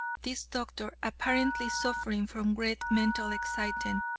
this doctor, apparently suffering from great mental excitement,